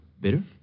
Bitter